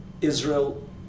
Israel